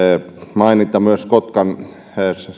mainita myös kotkan